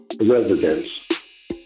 residents